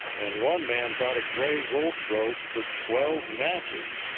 and one man bought a gray wolf robe for twelve matches.